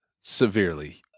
severely